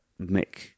Mick